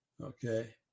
Okay